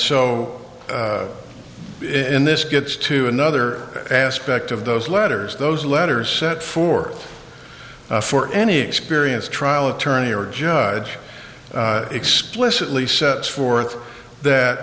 so in this gets to another aspect of those letters those letters set forth for any experienced trial attorney or judge explicitly sets forth that